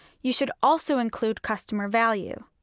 you should also include customer value.